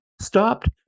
stopped